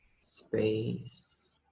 space